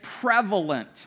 prevalent